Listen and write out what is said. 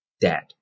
dad